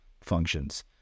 functions